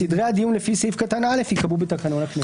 (ב)סדרי הדיון לפי סעיף קטן (א) ייקבעו בתקנון הכנסת.